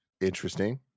Interesting